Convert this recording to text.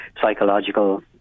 psychological